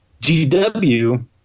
GW